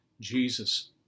Jesus